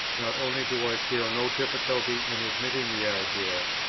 not only do i feel no difficulty in admitting the idea,